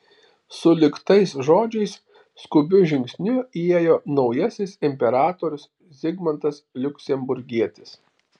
sulig tais žodžiais skubiu žingsniu įėjo naujasis imperatorius zigmantas liuksemburgietis